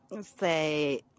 say